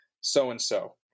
so-and-so